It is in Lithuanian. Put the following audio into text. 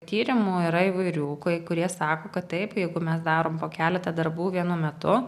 tyrimų yra įvairių kai kurie sako kad taip jeigu mes darom po keletą darbų vienu metu